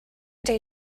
day